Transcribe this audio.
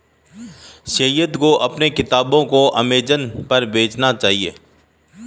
सैयद को अपने किताबों को अमेजन पर बेचना चाहिए